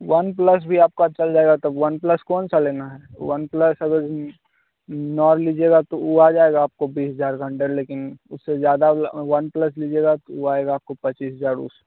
one plus भी आपका चल जाएगा तब वन प्लस कौन सा लेना है वन प्लस अगर नॉर लीजिएगा तो वो आ जाएगा आपको बीस हजार के अंडर लेकिन उससे ज्यादा वन प्लस लीजिएगा तो वो आएगा आपको पचीस हजार उस